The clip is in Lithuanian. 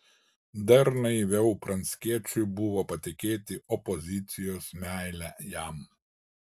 dar naiviau pranckiečiui buvo patikėti opozicijos meile jam